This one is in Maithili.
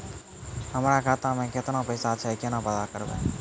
हमरा खाता मे केतना पैसा छै, केना पता करबै?